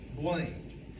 blamed